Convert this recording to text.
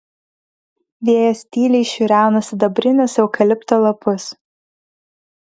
vėjas tyliai šiureno sidabrinius eukalipto lapus